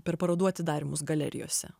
per parodų atidarymus galerijose